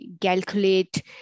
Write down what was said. calculate